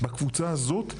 בקבוצה הזאת,